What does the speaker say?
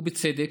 ובצדק.